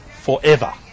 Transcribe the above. forever